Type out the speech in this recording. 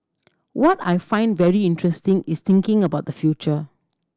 what I find very interesting is thinking about the future